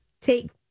take